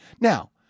Now